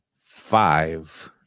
five